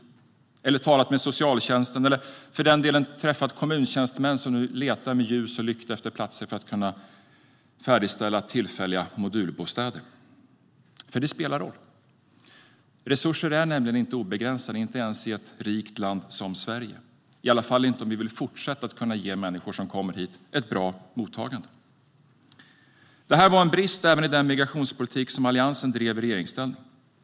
Han eller hon har nog inte heller talat med socialtjänsten eller för den delen träffat kommuntjänstemän som nu letar med ljus och lykta efter platser för att kunna färdigställa tillfälliga modulbostäder. Det spelar nämligen roll, för resurser är inte obegränsade ens i ett rikt land som Sverige - i alla fall inte om vi vill kunna fortsätta ge människor som kommer hit ett bra mottagande. Detta var en brist även i den migrationspolitik som Alliansen drev i regeringsställning.